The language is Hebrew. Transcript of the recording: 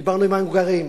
דיברנו עם ההונגרים,